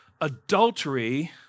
adultery